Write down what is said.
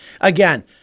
Again